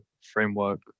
framework